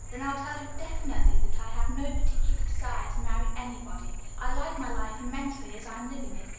then i'll tell you definitely that i have no particular desire to marry anybody i like my life immensely as i'm living it.